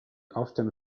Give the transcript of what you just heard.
often